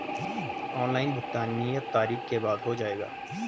Online भुगतान नियत तारीख के बाद हो जाएगा?